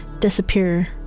disappear